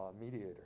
mediator